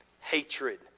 hatred